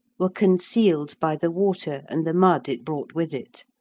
were concealed by the water and the mud it brought with it.